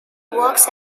works